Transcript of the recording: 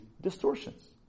distortions